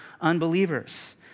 unbelievers